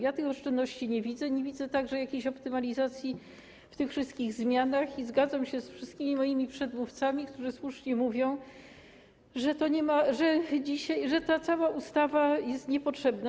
Ja tych oszczędności nie widzę, nie widzę także jakiejś optymalizacji w tych wszystkich zmianach i zgadzam się z wszystkimi moimi przedmówcami, którzy słusznie mówili, że ta cała ustawa jest niepotrzebna.